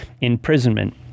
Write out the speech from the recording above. imprisonment